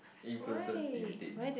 influencers irritate me